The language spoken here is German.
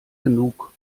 genug